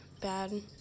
bad